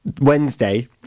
Wednesday